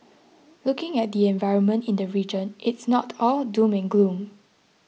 looking at the environment in the region it's not all doom and gloom